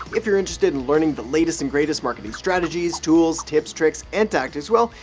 if you're interested in learning the latest and greatest marketing strategies, tools, tips, tricks and tactics, well,